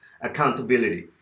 accountability